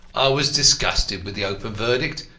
i was disgusted with the open verdict,